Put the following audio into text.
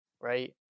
right